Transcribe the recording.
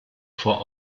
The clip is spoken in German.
vor